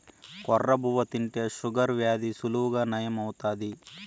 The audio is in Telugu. కొర్ర బువ్వ తింటే షుగర్ వ్యాధి సులువుగా నయం అవుతాది